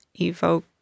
evoke